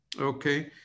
okay